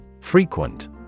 Frequent